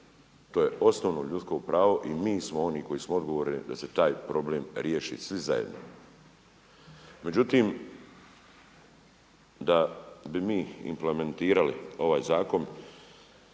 To je osnovno ljudsko pravo i mi smo oni koji smo odgovorni za taj problem riješi svi zajedno. Međutim, da bi mi implementirali ovaj zakon,